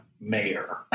mayor